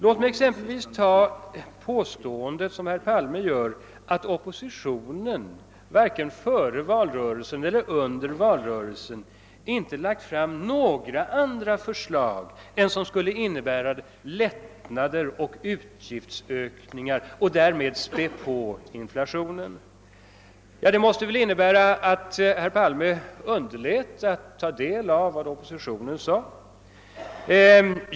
Låt mig som exempel ta herr Palmes påstående att oppositionen varken före eller under valrörelsen lagt fram några andra förslag än sådana som skulle innebära utgiftsökningar och som därmed skulle spä på inflationen. Detta måste väl innebära att herr Palme underlät att ta del av vad oppositionen sade.